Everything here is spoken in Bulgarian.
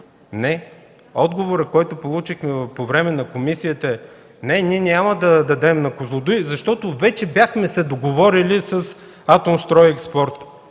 Не! Отговорът, който получихме по време на комисията, е: „Не, ние няма да дадем на „Козлодуй”, защото вече бяхме се договорили с „Атомстройекспорт”.